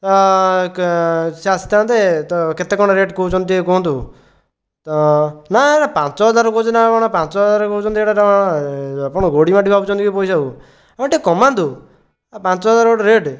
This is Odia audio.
ହଁ ସେ ଆସିଥାନ୍ତେ ତ କେତେ କଣ ରେଟ୍ କହୁଛନ୍ତି ଟିକେ କୁହନ୍ତୁ ହଁ ନା ପାଞ୍ଚହଜାର କହୁଛନ୍ତି ଆମେ କଣ ପାଞ୍ଚହଜାର କହୁଛନ୍ତି ଏଇଟା ତ ଆପଣ ଗୋଡିମାଟି ଭାବୁଛନ୍ତି କି ପଇସାକୁ ଗୋଟେ କମାନ୍ତୁ ପାଞ୍ଚହଜାର ଗୋଟେ ରେଟ୍